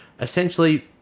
essentially